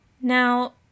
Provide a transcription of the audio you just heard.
Now